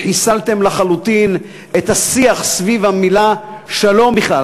חיסלתם לחלוטין את השיח סביב המילה שלום בכלל,